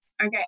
okay